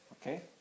Okay